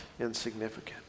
insignificant